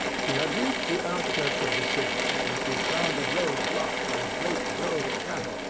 she had reached the outskirts of the city when she found the road blocked by a great drove of cattle,